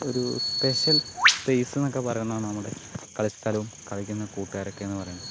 ഒരു സ്പെഷ്യൽ സ്പെയ്സെന്നൊക്കെ പറയുന്നതാണ് നമ്മുടെ കളിസ്ഥലവും കളിക്കുന്ന കൂട്ടുകാരൊക്കെയെന്ന് പറയുന്നത്